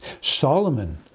Solomon